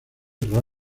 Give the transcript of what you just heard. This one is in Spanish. rara